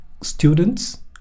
students